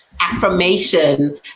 affirmation